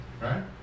right